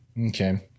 Okay